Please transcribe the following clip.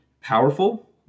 powerful